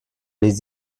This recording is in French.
les